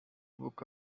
book